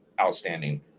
outstanding